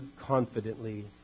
confidently